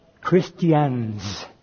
Christians